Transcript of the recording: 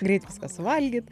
greit viską suvalgyt